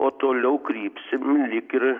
o toliau krypsim lyg ir